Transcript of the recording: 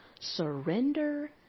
Surrender